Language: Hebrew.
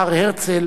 בהר-הרצל